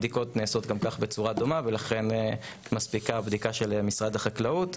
הבדיקות נעשות גם כך בצורה דומה ולכן מספיקה הבדיקה של משרד החקלאות.